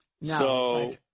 no